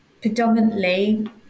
predominantly